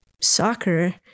soccer